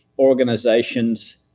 organizations